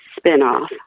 spinoff